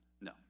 No